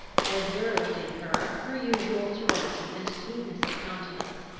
i observed in her her usual serenity and sweetness of countenance.